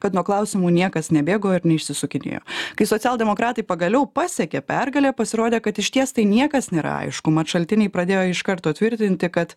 kad nuo klausimų niekas nebėgo ir neišsisukinėjo kai socialdemokratai pagaliau pasiekė pergalę pasirodė kad išties tai niekas nėra aišku mat šaltiniai pradėjo iš karto tvirtinti kad